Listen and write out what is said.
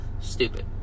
stupid